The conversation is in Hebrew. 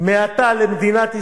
ממדינת ישראל,